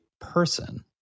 person